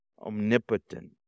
Omnipotent